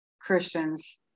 Christians